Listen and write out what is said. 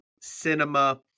cinema